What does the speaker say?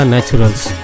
Naturals